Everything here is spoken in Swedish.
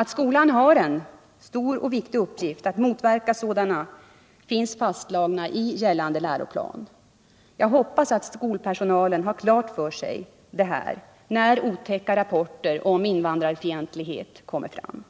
Att skolan har en stor och viktig uppgift att motverka sådana fördomar finns fastslaget i gällande läroplan. Jag hoppas att skolpersonalen har detta klart för sig när otäcka rapporter om invandrarfientlighet kommer fram.